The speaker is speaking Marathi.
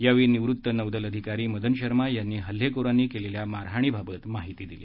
यावेळी निवृत्त नौदल अधिकारी मदन शर्मा यांनी हल्लेखोरांनी केलेल्या मारहाणीबाबत माहिती दिली